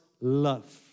love